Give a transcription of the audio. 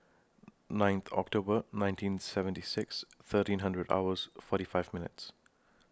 nine October nineteen seventy six thirteen hundred hours forty five minutes